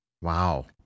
Wow